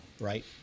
right